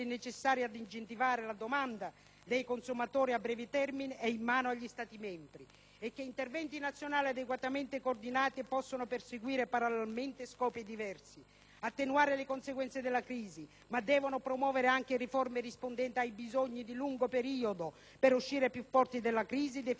dei consumatori a breve termine, è in mano agli Stati membri; è bene altresì ricordare che interventi nazionali adeguatamente coordinati possono perseguire parallelamente scopi diversi ed attenuare le conseguenze della crisi, ma devono promuovere anche riforme rispondenti ai bisogni di lungo periodo per uscire più forti dalla crisi, definendo il giusto *mix* di misure tra consolidamento,